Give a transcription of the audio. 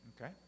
Okay